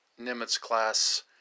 Nimitz-class